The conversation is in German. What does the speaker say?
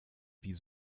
wie